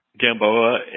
Gamboa